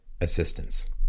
assistance